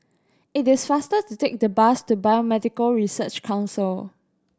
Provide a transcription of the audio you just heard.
it is faster to take the bus to Biomedical Research Council